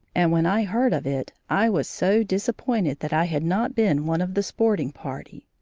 and when i heard of it i was so disappointed that i had not been one of the sporting party.